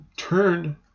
Turn